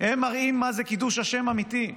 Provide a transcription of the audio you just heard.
הם מראים מה זה קידוש השם האמיתי,